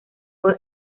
fue